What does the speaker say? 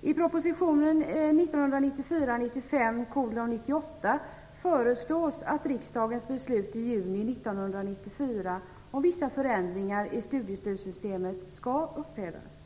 I proposition 1994/95:98 föreslås att riksdagens beslut i juni 1994 om vissa förändringar i studiestödssystemet skall upphävas.